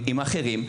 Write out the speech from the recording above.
עם אחרים,